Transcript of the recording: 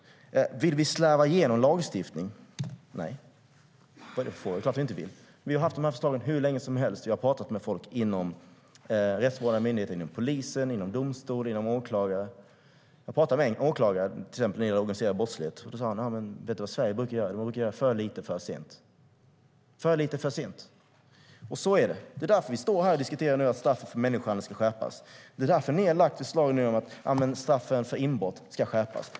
Vill vi slarva igenom lagstiftning? Nej. Vad är det för fråga? Det är klart att vi inte vill. Vi har haft de här förslagen hur länge som helst. Vi har pratat med folk inom de rättsvårdande myndigheterna, polisen, domstolar och åklagare. Jag pratade till exempel med en åklagare inom organiserad brottslighet. Han sa: Vet du vad Sverige brukar göra? Jo, för lite, för sent. Så är det. Det är därför vi står här och diskuterar om straffet för människohandel ska skärpas. Det är därför ni nu har lagt fram förslag om att straffen för inbrott ska skärpas.